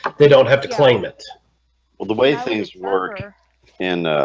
they don't have to claim. it well the way things work and